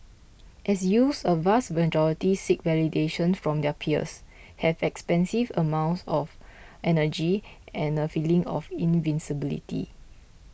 as youths a vast majority seek validation from their peers have expansive amounts of energy and a feeling of invincibility